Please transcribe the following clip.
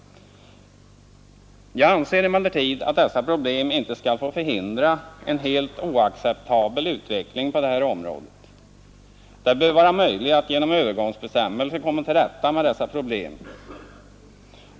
Jag anser emellertid att dessa problem inte skall få förhindra att åtgärder vidtas mot en helt oacceptabel utveckling på det här området. Det bör vara möjligt att genom övergångsbestämmelser komma till rätta med dessa problem.